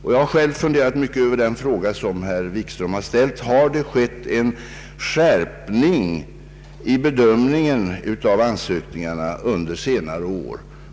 Jag har själv funderat mycket över den fråga som herr Wikström har ställt, nämligen om en skärpning i bedömningen av ansökningarna har skett under senare år.